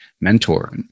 mentor